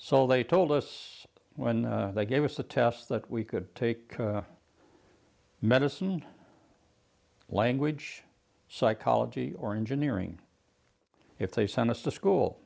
so they told us when they gave us a test that we could take medicine language psychology or engineering if they sent us to school